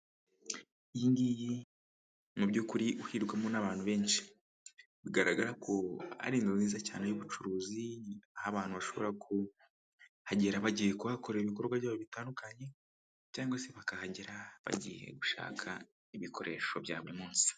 Iyo ngiyi mu by'ukuri hirirwamo n'abantu benshi, bigaragara ko ari inzu nziza cyane y'ubucuruzi, aho abantu bashobora kuhagera bagiye kuhakorera ibikorwa byabo bitandukanye cyangwa se bakahagera, bagiye gushaka ibikoresho bya buri munsi.